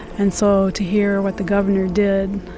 and so to hear what the governor did,